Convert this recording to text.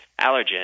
allergen